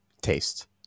Taste